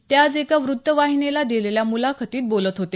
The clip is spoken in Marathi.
ते आज एका व्रत्तवाहिनीला दिलेल्या मुलाखतीत बोलत होते